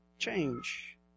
change